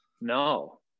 No